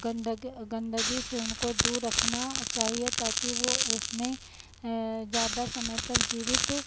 गंदगी गंदगी से उनको दूर रखना चाहिए ताकी वो उसमें ज़्यादा समय तक जीवित